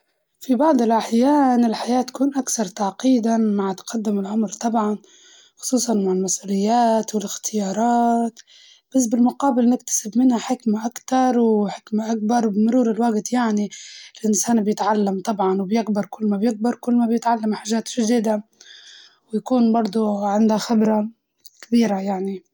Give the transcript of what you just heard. في بعض الأحيان الحياة تكون أكسر تعقيداً مع تقدم العمر طبعاً، وخصوصاً مع المسئوليات والاختيارات بس بالمقابل نكتسب منها حكمة أكتر وحكمة أكبر، وبمرور الوقت يعني الغنسان بيتعلم طبعاً وبيكبر كل ما بيكبر كل ما بيتعلم حاجات جديدة، ويكون برضه عنده خبرة كبيرة يعني.